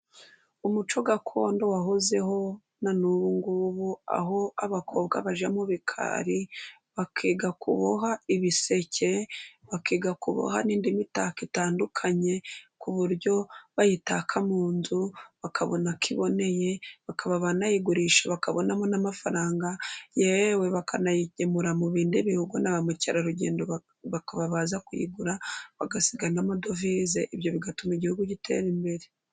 Umuco gakondo wahozeho na n'ubungubu, aho abakobwa bajya mubikari bakiga kuboha ibiseke, bakiga kuboha n'indi mitako itandukanye, ku buryo bayitaka mu nzu bakabona ko iboneye bakaba banayigurisha bakabonamo n'amafaranga, yewe bakanayigemura mu bindi bihugu. Na ba mukerarugendo bakaba baza kuyigura bagasiga n'amadovize, ibyo bigatuma igihugu gitera imbere.